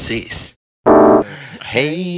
Hey